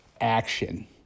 action